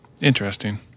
Interesting